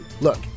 Look